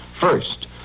first